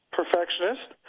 perfectionist